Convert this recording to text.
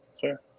Sure